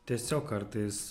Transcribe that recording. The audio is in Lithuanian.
tiesiog kartais